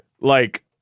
like-